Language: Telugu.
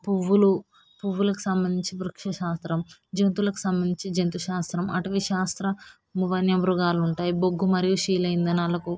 పువ్వులు పువ్వులకు సంబంధించి వృక్షశాస్త్రం జంతువులకు సంబంధించి జంతుశాస్త్రం అటవీ శాస్త్ర వన్యమృగాలు ఉంటాయి బొగ్గు మరియు శీల ఇంధనాలకు